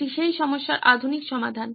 এটি সেই সমস্যার আধুনিক সমাধান